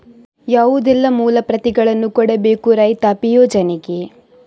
ಯಾವುದೆಲ್ಲ ಮೂಲ ಪ್ರತಿಗಳನ್ನು ಕೊಡಬೇಕು ರೈತಾಪಿ ಯೋಜನೆಗೆ?